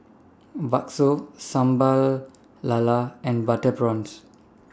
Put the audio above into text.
Bakso Sambal Lala and Butter Prawns